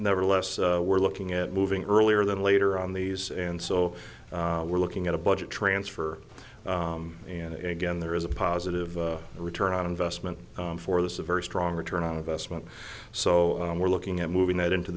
nevertheless we're looking at moving earlier than later on these and so we're looking at a budget transfer and again there is a positive return on investment for this a very strong return on investment so we're looking at moving that into